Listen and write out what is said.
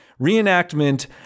reenactment